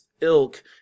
ilk